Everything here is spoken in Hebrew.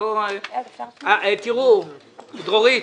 תראו, דרורית,